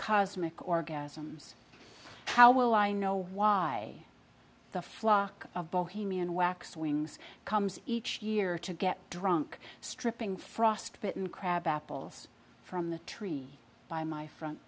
cosmic orgasms how will i know why the flock of bohemian waxwings comes each year to get drunk stripping frostbitten crabapples from the tree by my front